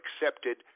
accepted